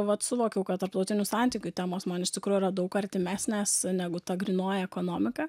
vat suvokiau kad tarptautinių santykių temos man iš tikrųjų yra daug artimesnės negu ta grynoji ekonomika